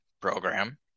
program